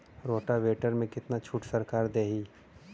Rotavator में कितना छूट सरकार देही?